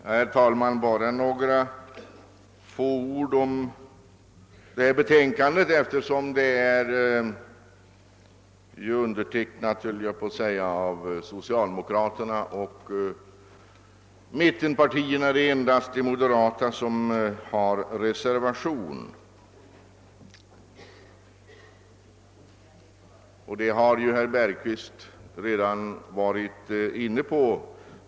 Herr talman! Jag skall bara säga några få ord om detta betänkande, eftersom det är undertecknat av socialdemokraterna och mittenpartierna och det endast är de moderata som har reserverat sig. Det har ju herr Bergqvist redan varit inne på.